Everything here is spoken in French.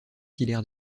hilaire